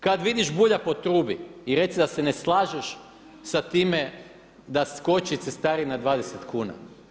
Kada vidiš Bulja potrubi i reci da se ne slažeš sa time da skoči cestarina 20 kuna.